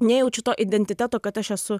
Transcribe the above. nejaučiu to identiteto kad aš esu